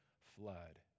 flood